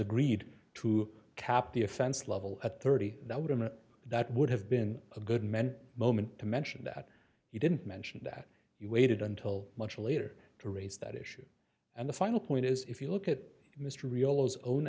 agreed to cap the offense level at thirty that wouldn't that would have been a good men moment to mention that you didn't mention that you waited until much later to raise that issue and the final point is if you look at m